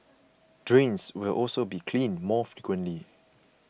drains will also be cleaned more frequently